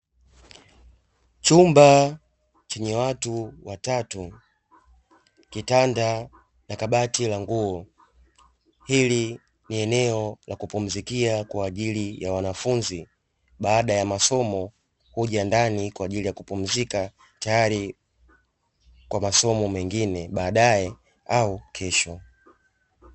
Chumba chenye watu watatu, kitanda na kabati la nguo. Hili ni eneo la kupumzikia kwa ajili ya wanafunzi baada ya masomo huja ndani kwa ajili ya kupumzika tayari kwa masomo mengine baadae au kesho.